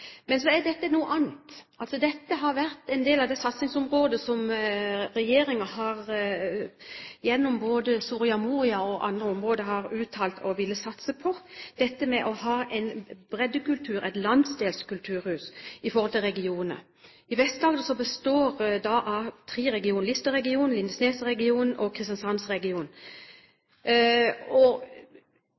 Men så er dette noe annet. Dette har vært en del av det området som regjeringen både gjennom Soria Moria og på andre områder har uttalt at de vil satse på – dette med å ha en breddekultur, et landsdelskulturhus i regioner. Vest-Agder består av tre regioner: Lista-regionen, Lindesnes-regionen og Kristiansand-regionen. En kan se det sånn at når en region